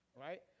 Right